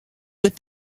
with